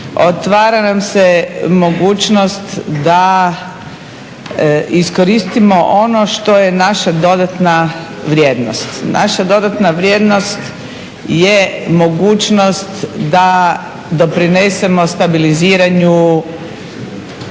otvara nam se mogućnost da iskoristimo ono što je naša dodatna vrijednost. Naša dodatna vrijednost je mogućnost da doprinesemo stabiliziranju